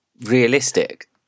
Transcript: realistic